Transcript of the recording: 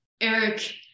eric